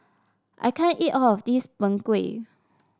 I can't eat all of this Png Kueh